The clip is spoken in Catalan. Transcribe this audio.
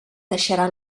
deixarà